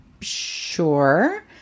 sure